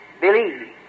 believe